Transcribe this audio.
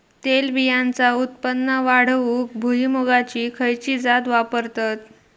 तेलबियांचा उत्पन्न वाढवूक भुईमूगाची खयची जात वापरतत?